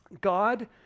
God